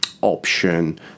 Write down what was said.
option